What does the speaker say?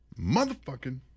motherfucking